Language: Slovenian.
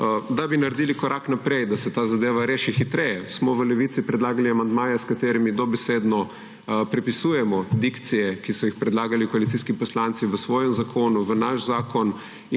Da bi naredili korak naprej, da se ta zadeva reši hitreje, smo v Levici predlagali amandmaje, s katerimi dobesedno prepisujemo dikcije, ki so jih predlagali koalicijski poslanci v svojem zakonu, v naš zakon